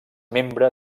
membre